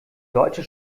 deutsche